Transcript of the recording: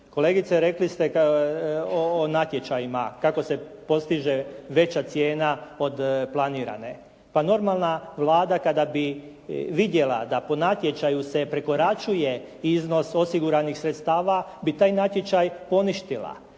Kolegice rekli ste o natječajima kako se postiže veća cijena od planirane? Pa normalna Vlada kada bi vidjela da po natječaju se prekoračuje iznos osiguranih sredstava bi taj natječaj poništila,